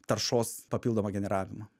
taršos papildomą generavimą